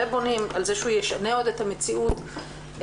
ובונים על זה שהוא ישנה עוד את המציאות באופן